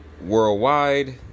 worldwide